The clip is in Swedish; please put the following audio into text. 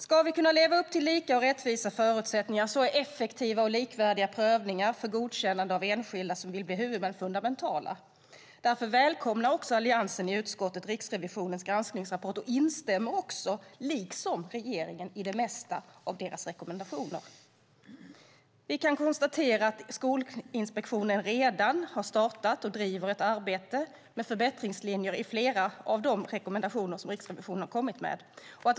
Ska vi kunna leva upp till lika och rättvisa förutsättningar är effektiva och likvärdiga prövningar för godkännande av enskilda som vill bli huvudmän fundamentala. Därför välkomnar Alliansen i utskottet Riksrevisionens granskningsrapport och instämmer, liksom regeringen, i det mesta av deras rekommendationer. Vi kan konstatera att Skolinspektionen redan har startat och driver ett arbete med förbättringslinjer i flera av de rekommendationer som Riksrevisionen har kommit med.